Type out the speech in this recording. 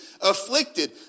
afflicted